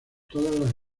todas